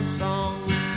songs